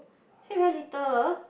I feel very little